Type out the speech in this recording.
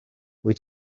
wyt